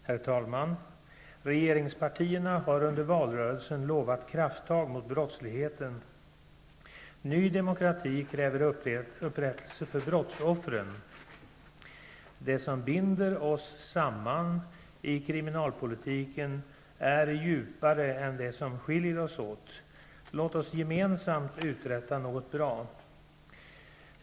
Herr talman! Regeringspartierna har under valrörelsen lovat krafttag mot brottsligheten. Nydemokrati kräver upprättelse för brottsoffren. Det som binder oss samman i kriminalpolitiken är djupare än det som skiljer oss åt. Låt oss gemensamt uträtta något bra!